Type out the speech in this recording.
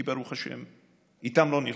כי ברוך השם, איתם לא נלחמנו.